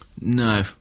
No